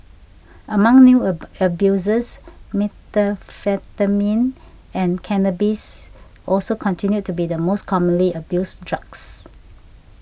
among new a abusers methamphetamine and cannabis also continued to be the most commonly abused drugs